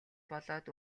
болоод